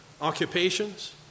occupations